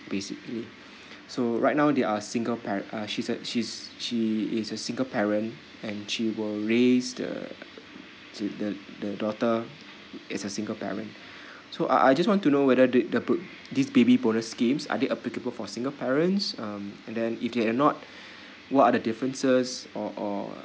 basically so right now they are single pa~ uh she's a she's she is a single parent and she will raise the to the the the daughter as a single parent so I I just want to know whether did appro~ this baby bonus schemes are they applicable for single parents um and then if they are not what are the differences or or